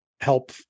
help